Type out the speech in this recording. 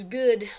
good